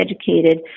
educated